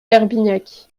herbignac